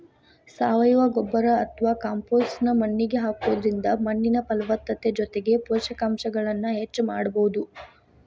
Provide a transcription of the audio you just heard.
ಸಾವಯವ ಗೊಬ್ಬರ ಅತ್ವಾ ಕಾಂಪೋಸ್ಟ್ ನ್ನ ಮಣ್ಣಿಗೆ ಹಾಕೋದ್ರಿಂದ ಮಣ್ಣಿನ ಫಲವತ್ತತೆ ಜೊತೆಗೆ ಪೋಷಕಾಂಶಗಳನ್ನ ಹೆಚ್ಚ ಮಾಡಬೋದು